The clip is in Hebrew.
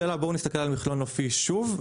שאלה: בואו נסתכל על מכלול נופי שוב,